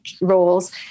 roles